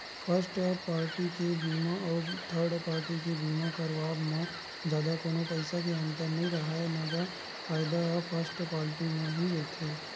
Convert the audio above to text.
first party के बीमा अउ थर्ड पाल्टी के बीमा करवाब म जादा कोनो पइसा के अंतर नइ राहय न गा फायदा फस्ट पाल्टी म ही रहिथे